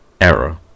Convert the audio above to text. error